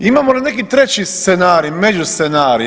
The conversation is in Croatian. Imamo li neki treći scenarij, međuscenarij?